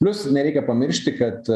plius nereikia pamiršti kad